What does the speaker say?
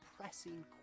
pressing